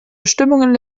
bestimmungen